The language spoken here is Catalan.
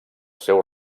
seu